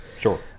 Sure